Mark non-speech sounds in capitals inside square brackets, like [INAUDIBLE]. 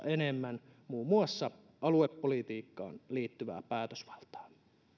[UNINTELLIGIBLE] enemmän muun muassa aluepolitiikkaan liittyvää päätösvaltaa